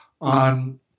on